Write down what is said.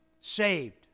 saved